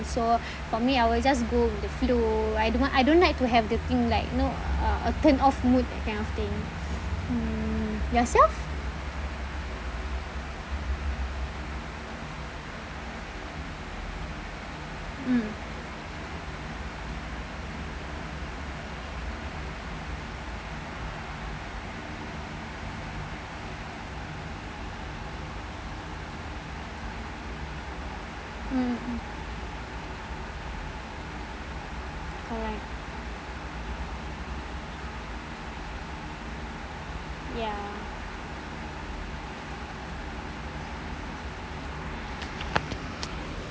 so for me I will just go with the flow I don't want I don't like to have the thing like you know uh a turn off mood that kind of thing mm yourself mm mm mm all right ya